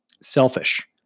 selfish